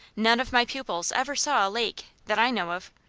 none of my pupils ever saw a lake, that i know of.